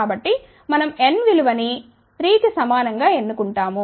కాబట్టి మనం n విలువ ని 3 కి సమానం గా ఎన్నుకుంటాము